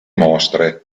mostre